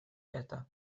это